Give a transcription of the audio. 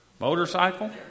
Motorcycle